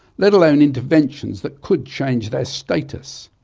let alone interventions that could change their status.